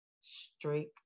streak